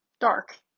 dark